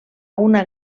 una